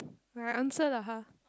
my answer lah !huh!